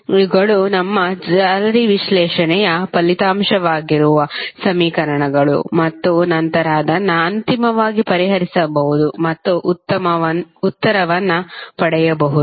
ಇವುಗಳು ನಮ್ಮ ಜಾಲರಿಯ ವಿಶ್ಲೇಷಣೆಯ ಫಲಿತಾಂಶವಾಗಿರುವ ಸಮೀಕರಣಗಳು ಮತ್ತು ನಂತರ ಅದನ್ನು ಅಂತಿಮವಾಗಿ ಪರಿಹರಿಸಬಹುದು ಮತ್ತು ಉತ್ತರವನ್ನು ಪಡೆಯಬಹುದು